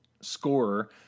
scorer